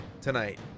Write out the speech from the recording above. tonight